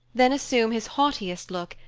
then assume his haughtiest look,